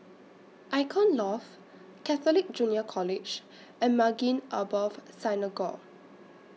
Icon Loft Catholic Junior College and Maghain Aboth Synagogue